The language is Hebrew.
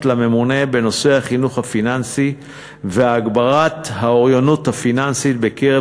לממונה בנושא החינוך הפיננסי והגברת האוריינות הפיננסית בקרב